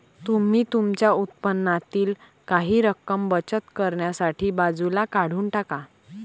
तुम्ही तुमच्या उत्पन्नातील काही रक्कम बचत करण्यासाठी बाजूला काढून टाका